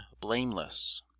blameless